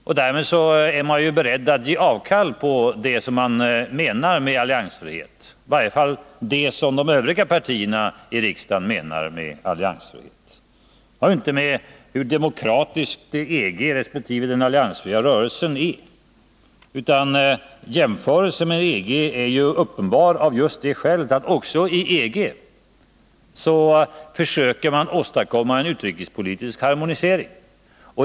Därmed är vänsterpartiet kommunisterna berett att ge avkall på det som i varje fall de övriga partierna i riksdagen menar med alliansfrihet. Att jag gjorde en jämförelse mellan den alliansfria rörelsen och EG har inte någonting att göra med hur demokratisk resp. organisation är. Jämförelsen med EG är uppenbar av just den anledningen att man också inom EG försöker åstadkomma en utrikespolitisk harmonisering.